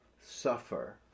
suffer